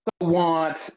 want